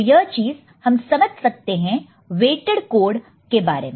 तो यह चीज़ हम समझ सकते हैं वेट्ड कोड के बारे में